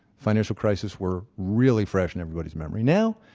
financial crisis were really fresh in everybody's memory. now,